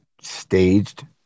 staged